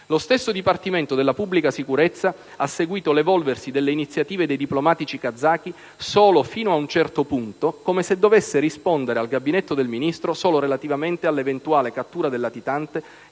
Lo stesso Dipartimento della Pubblica sicurezza ha seguito l'evolversi delle iniziative dei diplomatici kazaki solo fino a un certo punto, come se dovesse rispondere al Gabinetto del Ministro solo relativamente all'eventuale cattura del latitante